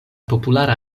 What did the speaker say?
populara